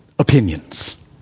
Opinions